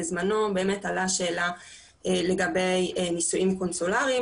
בזמנו באמת עלתה שאלה לגבי נישואים קונסולריים